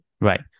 right